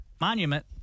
monument